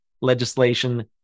legislation